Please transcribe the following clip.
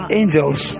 angels